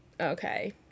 okay